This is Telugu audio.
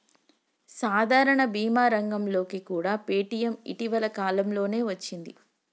సాధారణ భీమా రంగంలోకి కూడా పేటీఎం ఇటీవల కాలంలోనే వచ్చింది